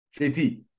JT